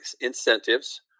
incentives